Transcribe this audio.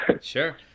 Sure